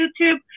YouTube